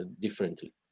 differently